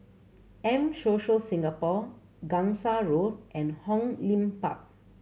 M Social Singapore Gangsa Road and Hong Lim Park